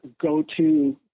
go-to